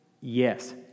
yes